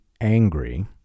angry